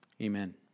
Amen